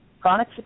Chronic